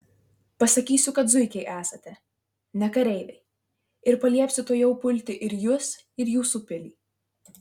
pasakysiu kad zuikiai esate ne kareiviai ir paliepsiu tuojau pulti ir jus ir jūsų pilį